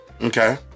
okay